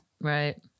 right